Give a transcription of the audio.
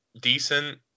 decent